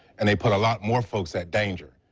and they put a lot more folks at danger.